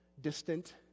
distant